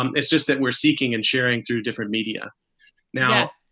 um it's just that we're seeking and sharing through different media now,